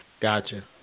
gotcha